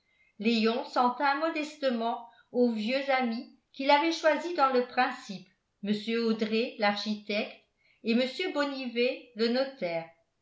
léon s'en tint modestement aux vieux amis qu'il avait choisis dans le principe mr audret l'architecte et mr bonnivet le notaire